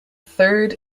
third